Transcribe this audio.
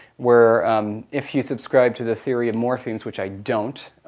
where if you subscribe to the theory of morphemes, which i don't,